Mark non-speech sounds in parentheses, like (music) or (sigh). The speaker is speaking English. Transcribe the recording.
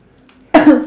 (coughs)